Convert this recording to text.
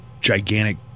gigantic